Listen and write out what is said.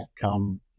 come